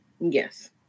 Yes